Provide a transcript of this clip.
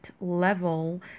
level